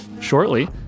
shortly